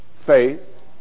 faith